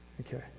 okay